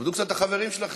תכבדו קצת את החברים שלכם.